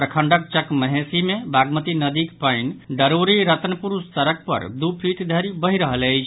प्रखंडक चकमहेसी मे बागमती नदीक पानि डरोरी रतनपुर सड़क पर दू फीट धरि बहि रहल अछि